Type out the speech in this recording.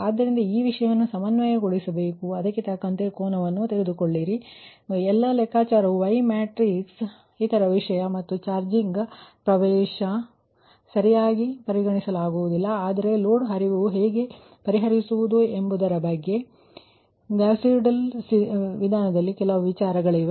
ಆದ್ದರಿಂದ ಈ ವಿಷಯವನ್ನು ಸಮನ್ವಯಗೊಳಿಸಬೇಕು ಅದಕ್ಕೆ ತಕ್ಕಂತೆ ಕೋನವನ್ನು ತೆಗೆದುಕೊಳ್ಳಿ ಆದ್ದರಿಂದ ಅದರ ಬಗ್ಗೆ ಜಾಗರೂಕರಾಗಿರಿ ಮತ್ತು ಎಲ್ಲಾ ಲೆಕ್ಕಾಚಾರಗಳು Y ಮ್ಯಾಟ್ರಿಕ್ಸ್ ಇತರ ವಿಷಯ ಮತ್ತು ಚಾರ್ಜಿಂಗ್ ಅಡ್ಮಿಟೆನ್ಸ್ ಸರಿಯಾಗಿ ಪರಿಗಣಿಸಲಾಗುವುದಿಲ್ಲ ಆದರೆ ಲೋಡ್ ಹರಿವುಗಳನ್ನು ಹೇಗೆ ಪರಿಹರಿಸುವುದು ಎಂಬುದರ ಬಗ್ಗೆ ಗೌಸ್ ಸೀಡೆಲ್ ವಿಧಾನದಲ್ಲಿ ಕೆಲವು ವಿಚಾರಗಳಿವೆ